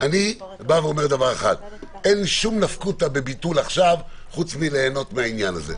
שאין שום נפקותה בביטול עכשיו חוץ מהנאה מהעניין הזה.